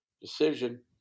decision